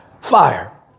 fire